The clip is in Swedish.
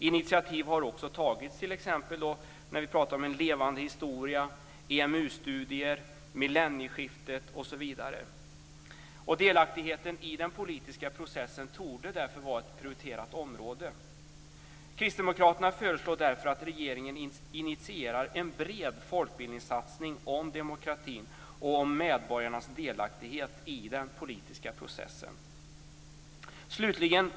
Initiativ har också tagits, t.ex. En levande historia, EMU-studier, millennieskiftet m.m. Delaktigheten i den politiska processen torde vara ett prioriterat område. Kristdemokraterna föreslår därför att regeringen initierar en bred folkbildningssatsning om demokratin och om medborgarnas delaktighet i den politiska processen. Herr talman!